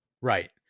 right